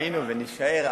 היינו ונישאר.